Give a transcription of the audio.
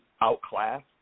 outclassed